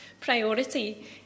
priority